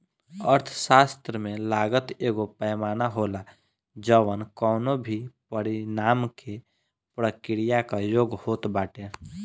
अर्थशास्त्र में लागत एगो पैमाना होला जवन कवनो भी परिणाम के प्रक्रिया कअ योग होत बाटे